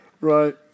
Right